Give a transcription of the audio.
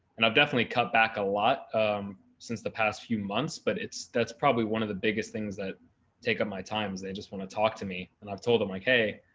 and i've definitely cut back a lot since the past few months, but it's, that's probably one of the biggest things that take up my time is they just want to talk to me and i've told them like, hey,